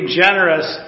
generous